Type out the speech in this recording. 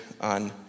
on